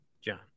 John